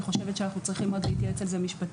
אני חושבת שאנחנו צריכים עוד להתייעץ על זה משפטית.